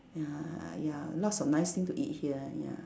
ya ya lots of nice thing to eat here ya